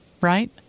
right